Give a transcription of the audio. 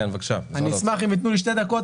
אני אשמח אם ייתנו לי שתי דקות.